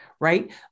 Right